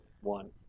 one